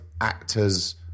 actors